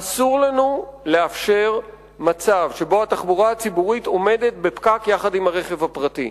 אסור לנו לאפשר מצב שבו התחבורה הציבורית עומדת בפקק יחד עם הרכב הפרטי.